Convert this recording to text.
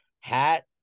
hat